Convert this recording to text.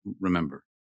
remember